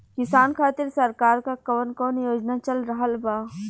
किसान खातिर सरकार क कवन कवन योजना चल रहल बा?